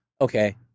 okay